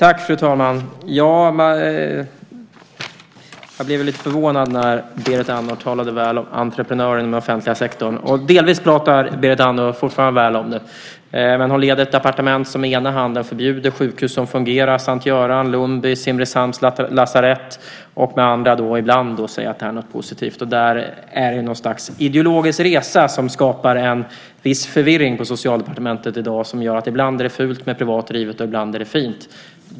Fru talman! Jag blev lite förvånad när Berit Andnor talade väl om entreprenörer i den offentliga sektorn. Delvis pratar Berit Andnor fortfarande väl om dem, men hon leder ett departement som med ena handen förbjuder sjukhus som fungerar, S:t Göran, Lundby och Simrishamns lasarett, och med den andra ibland visar att det här är något positivt. Det är något slags ideologisk resa som skapar en viss förvirring på Socialdepartementet i dag, som gör att det ibland är fult med sådant som är privat drivet och ibland är det fint.